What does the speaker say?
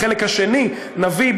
בחלק השני נביא,